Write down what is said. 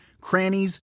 crannies